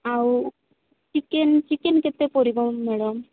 ଆଉ chicken chicken କେତେ ପଡ଼ିବ ମ୍ୟାଡମ୍